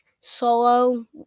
solo